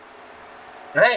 right